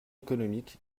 économique